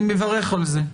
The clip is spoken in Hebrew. אני מברך על זה.